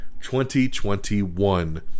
2021